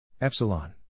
epsilon